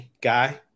guy